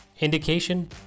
indication